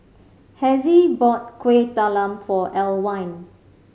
Hezzie bought Kuih Talam for Alwine